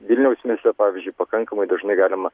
vilniaus mieste pavyzdžiui pakankamai dažnai galima